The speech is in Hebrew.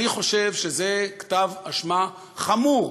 אני חושב שזה כתב-אשמה חמור